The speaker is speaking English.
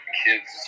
kids